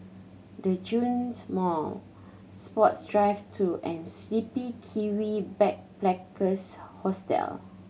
Djitsun Mall Sports Drive Two and The Sleepy Kiwi Hostel